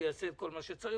שיעשה מה שצריך,